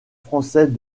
français